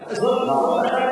נכון.